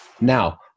Now